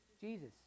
Jesus